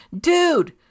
dude